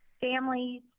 families